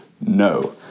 No